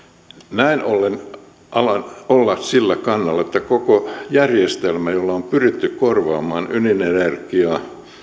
näin ollen alan olla sillä kannalla että koko järjestelmä jolla on pyritty korvaamaan ydinenergiaa